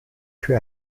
für